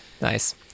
nice